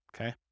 okay